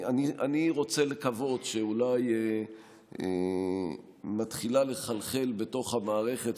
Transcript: אני רוצה לקוות שאולי מתחילה לחלחל בתוך המערכת,